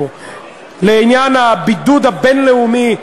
לעניין הבידוד הבין-לאומי,